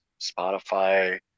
Spotify